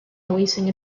releasing